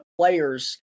players